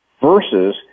versus